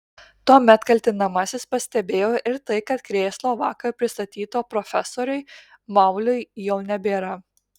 tuomet kaltinamasis pastebėjo ir tai kad krėslo vakar pristatyto profesoriui mauliui jau nebėra